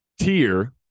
tier